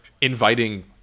inviting